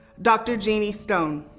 dr. jeannie stone.